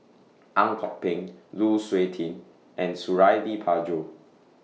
Ang Kok Peng Lu Suitin and Suradi Parjo